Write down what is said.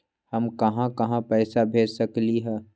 हम कहां कहां पैसा भेज सकली ह?